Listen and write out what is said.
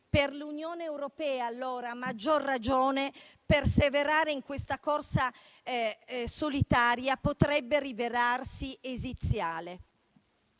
Per l'Unione europea allora, a maggior ragione, perseverare in questa corsa solitaria potrebbe rivelarsi esiziale.